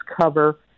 cover